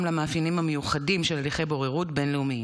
למאפיינים המיוחדים של הליכי בוררות בין-לאומיים.